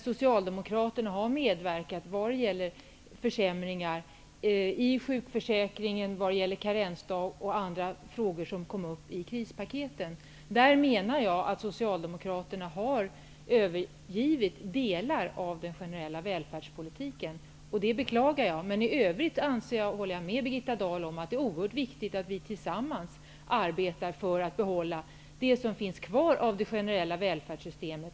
Socialdemokraterna har medverkat till försäm ringar i sjukförsäkringen, bl.a. när det gäller ka rensdagar och i andra frågor som kom upp i kri spaketen. Jag menar att socialdemokraterna där med har övergivit delar av den generella välfärds politiken, och det beklagar jag. Men i övrigt hål ler jag med Birgitta Dahl om att det är oerhört viktigt att vi tillsammans arbetar för att behålla det som finns kvar av det generella välfärdssyste met.